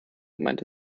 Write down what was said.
meinte